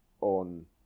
on